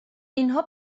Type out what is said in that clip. اینها